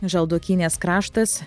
žaldokynės kraštas